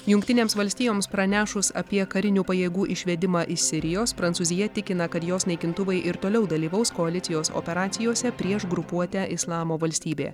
jungtinėms valstijoms pranešus apie karinių pajėgų išvedimą iš sirijos prancūzija tikina kad jos naikintuvai ir toliau dalyvaus koalicijos operacijose prieš grupuotę islamo valstybė